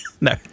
No